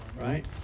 Right